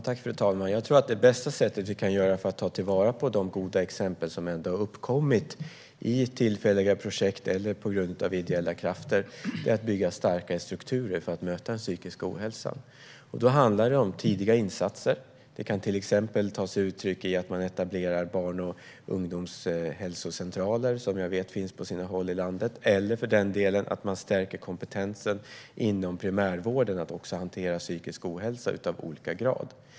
Fru talman! Jag tror att det bästa sättet att ta till vara de goda exempel som har uppkommit i tillfälliga projekt eller genom ideella krafter är att bygga starkare strukturer för att möta den psykiska ohälsan. Det handlar om tidiga insatser. Dessa kan till exempel ta sig uttryck i att man etablerar barn och ungdomshälsocentraler, som jag vet finns på sina håll i landet, eller att man stärker kompetensen inom primärvården när det gäller att hantera psykisk ohälsa av olika grad.